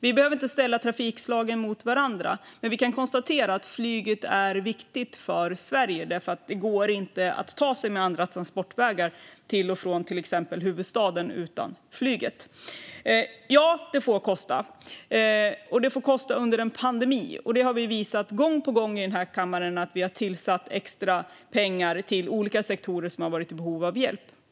Vi behöver inte ställa trafikslagen mot varandra, men vi kan konstatera att flyget är viktigt för Sverige därför att det inte går att ta sig med andra transportvägar än flyget till och från till exempel huvudstaden. Ja, det får kosta. Det får kosta under en pandemi, och vi har visat det gång på gång i denna kammare då vi har tillsatt extra pengar till olika sektorer som har varit i behov av hjälp.